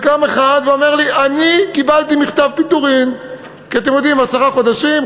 וקם אחד ואומר לי: אני קיבלתי מכתב פיטורין כי עשרה חודשים,